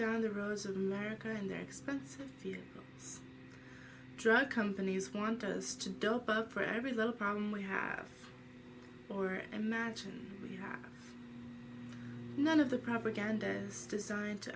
down the roads of america and they're expensive the drug companies want us to dope up for every little problem we have or am action we have none of the propaganda is designed to